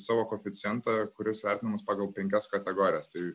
savo koeficientą kuris vertinamas pagal penkias kategorijas tai